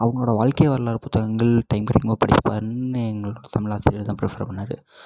அவங்களோட வாழ்க்கை வரலாறு புத்தகங்கள் டைம் கிடைக்கும்போது படிச்சு பார்ன்னு எங்களோட தமிழாசிரியர் தான் ப்ரிஃபர் பண்ணார்